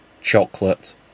chocolate